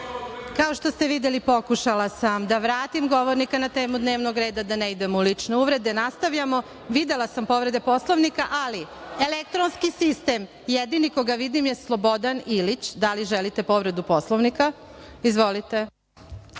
Kao što ste videli pokušala sam da vratim govornika na temu dnevnog reda i da ne idemo u lične uvrede. Videla sam povrede Poslovnika, ali u elektronskom sistemu jedino vidim Slobodana Ilića. Da li želite povredu Poslovnika? Izvolite.